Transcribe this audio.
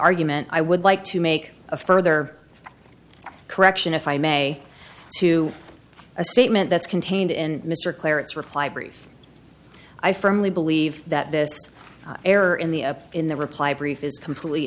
argument i would like to make a further correction if i may to a statement that's contained in mr clarence reply brief i firmly believe that this error in the in the reply brief is completely